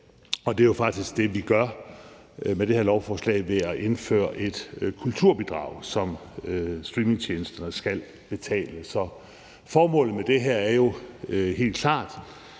og det er jo faktisk det, som vi gør med det her lovforslag ved at indføre et kulturbidrag, som streamingtjenesterne skal betale. Så formålet med det her er jo helt klart,